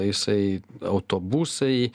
jisai autobusai